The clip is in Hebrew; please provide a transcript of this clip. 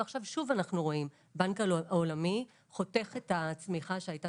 ועכשיו שוב אנחנו רואים שהבנק העולמי חותך את הצמיחה שהיתה